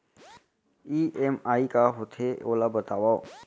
EMI का होथे, ओला बतावव